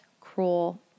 cruel